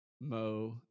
Mo